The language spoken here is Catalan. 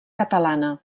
catalana